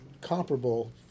comparable